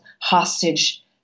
hostage